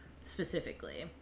specifically